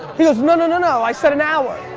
he goes, no, no, no, no, i said an hour.